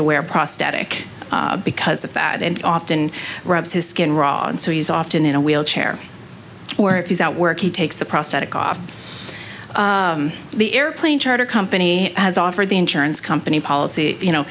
to wear prosthetic because of that and often rubs his skin raw and so he's often in a wheelchair or if he's at work he takes the prosthetic off the airplane charter company has offered the insurance company policy you know